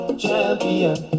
champion